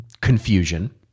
confusion